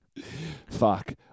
Fuck